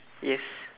yes